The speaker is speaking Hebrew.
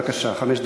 בבקשה, חמש דקות.